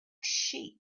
sheep